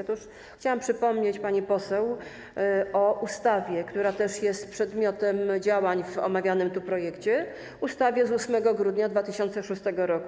Otóż chciałam przypomnieć pani poseł o ustawie, która też jest przedmiotem działań w omawianym tu projekcie, ustawie z 8 grudnia 2006 r.